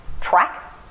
track